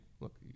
look